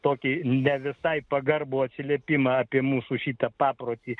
tokį ne visai pagarbų atsiliepimą apie mūsų šitą paprotį